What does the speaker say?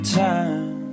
time